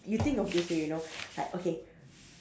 you think of this way you know like okay